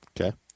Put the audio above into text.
Okay